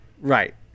Right